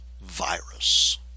virus